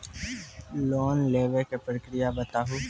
Loan लेवे के प्रक्रिया बताहू?